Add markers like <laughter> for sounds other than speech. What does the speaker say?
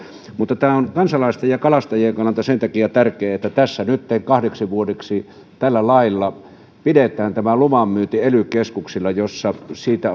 mutta tämä on kansalaisten ja kalastajien kannalta sen takia tärkeä että nytten kahdeksi vuodeksi tällä lailla pidetään luvanmyynti ely keskuksilla joissa siitä <unintelligible>